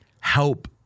help